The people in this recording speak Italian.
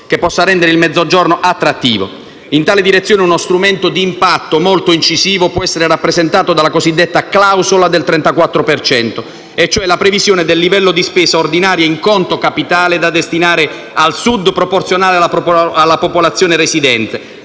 che possa rendere il Mezzogiorno attrattivo. In tale direzione, uno strumento di impatto molto incisivo può essere rappresentato dalla cosiddetta clausola del 34 per cento - cioè la previsione di un livello di spesa ordinaria in conto capitale da destinare al Sud proporzionale alla popolazione residente;